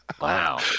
Wow